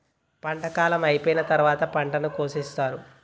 పంట కాలం అయిపోయిన తరువాత పంటను కోసేత్తారు